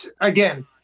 again